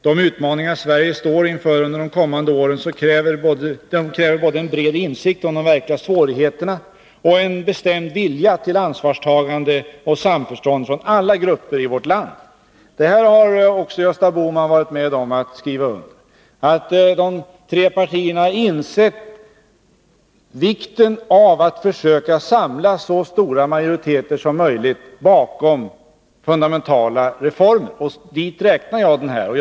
De utmaningar Sverige står inför under de kommande åren kräver både en bred insikt om de verkliga svårigheterna och en bestämd vilja till ansvarstagande och samförstånd från alla grupper i vårt land.” Det här har också Gösta Bohman varit med om att skriva under. De tre partierna har insett vikten av att samla så stora majoriteter som möjligt bakom fundamentala reformer. Dit räknar jag den här reformen.